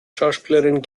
schauspielerin